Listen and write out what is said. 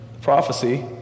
prophecy